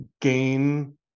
gain